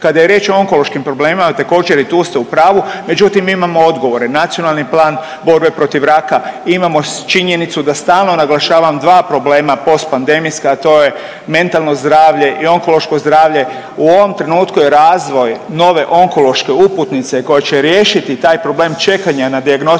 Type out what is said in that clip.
Kada je riječ o onkološkim problemima također i tu ste u pravu, međutim imamo odgovore, Nacionalni plan borbe protiv raka, imamo činjenicu da stalno naglašavam dva problema postpandemijska, a to je mentalno zdravlje i onkološko zdravlje. U ovom trenutku je razvoj nove onkološke uputnice koja će riješiti taj problem čekanja na dijagnostičke